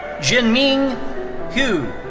jinming hu.